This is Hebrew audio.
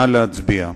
נא להצביע.